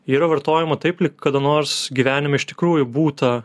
yra vartojama taip lyg kada nors gyvenime iš tikrųjų būta